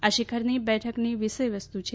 આ શીખર બેઠકની વિષય વસ્તુ છે